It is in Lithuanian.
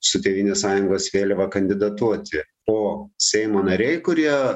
su tėvynės sąjungos vėliava kandidatuoti o seimo nariai kurie